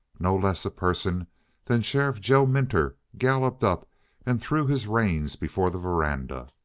no less a person than sheriff joe minter galloped up and threw his reins before the veranda.